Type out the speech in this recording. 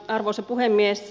arvoisa puhemies